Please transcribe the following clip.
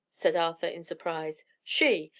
said arthur, in surprise. she.